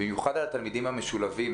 במיוחד על התלמידים המשולבים.